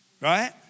right